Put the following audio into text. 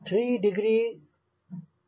3 degree CL के लिए क्या अर्थ है